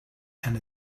and